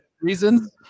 reasons